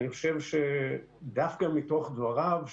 דווקא מתוך דבריו,